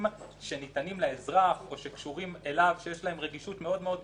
שניתנים לאזרח ויש להם רגישות מאוד מאוד גדולה.